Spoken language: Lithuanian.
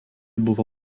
buvo